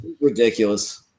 Ridiculous